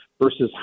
versus